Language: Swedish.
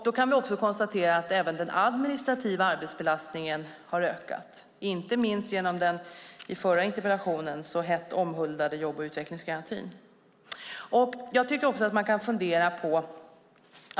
Då kan vi också konstatera att även den administrativa arbetsbelastningen har ökat, inte minst genom den i förra interpellationsdebatten så omhuldade jobb och utvecklingsgarantin.